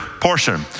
portion